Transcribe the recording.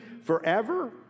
forever